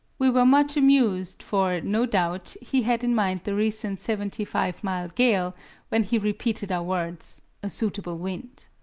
we were much amused, for, no doubt, he had in mind the recent seventy five mile gale when he repeated our words, a suitable wind!